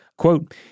Quote